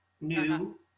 new